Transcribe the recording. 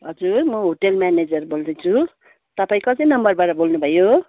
हजुर म hotel manager बोल्दैछु तपाईँ कति नम्बरबाट बोल्नु भयो